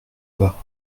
bas